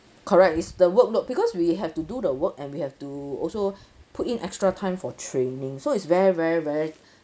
correct is the workload because we have to do the work and we have to also put in extra time for training so it's very very very